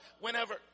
whenever